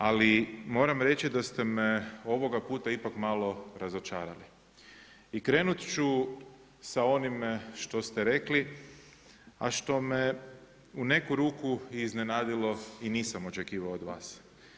Ali moram reći da ste me ovoga puta ipak malo razočarali i krenut ću sa onime što ste rekli a što me u neku ruku i iznenadilo i nisam očekivao od vas.